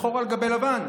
שחור על גבי לבן,